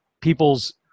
people's